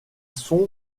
sont